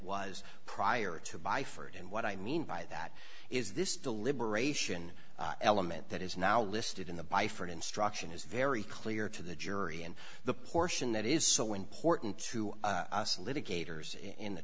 was prior to by for it and what i mean by that is this deliberation element that is now listed in the by for an instruction is very clear to the jury and the portion that is so important to us litigators in the